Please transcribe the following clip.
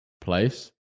place